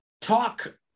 talk